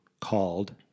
called